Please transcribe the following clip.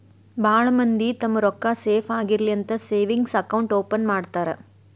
ಭಾಳ್ ಮಂದಿ ತಮ್ಮ್ ರೊಕ್ಕಾ ಸೇಫ್ ಆಗಿರ್ಲಿ ಅಂತ ಸೇವಿಂಗ್ಸ್ ಅಕೌಂಟ್ ಓಪನ್ ಮಾಡ್ತಾರಾ